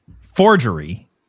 forgery